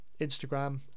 Instagram